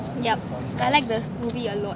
yeah I like the movie a lot